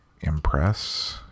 impress